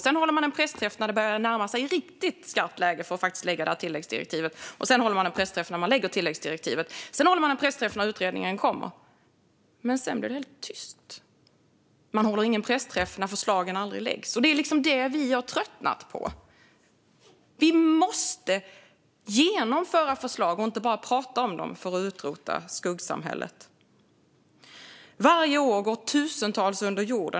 Sedan håller man en pressträff när det börjar närma sig riktigt skarpt läge för att lägga fram tilläggsdirektivet. Sedan håller man en pressträff när man lägger fram tillläggsdirektivet, och sedan håller man en pressträff när utredningen kommer. Men sedan blir det helt tyst. Man håller ingen pressträff när förslagen aldrig läggs fram. Det är det vi har tröttnat på. Vi måste genomföra förslag och inte bara prata om dem för att utrota skuggsamhället. Varje år går tusentals under jorden.